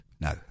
no